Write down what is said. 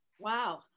Wow